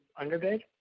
underbid